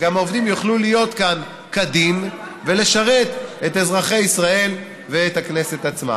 העובדים יוכלו להיות כאן כדין ולשרת את אזרחי ישראל ואת הכנסת עצמה.